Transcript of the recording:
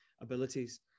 abilities